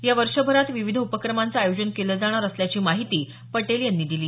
या वर्षभरात विविध उपक्रमांचं आयोजन केलं जाणार असल्याची माहिती पटेल यांनी दिली